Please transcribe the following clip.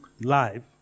live